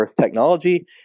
technology